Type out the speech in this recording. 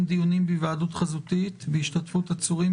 דיונים בהיוועדות חזותית בהשתתפות עצורים,